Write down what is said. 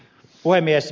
puhemies